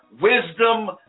wisdom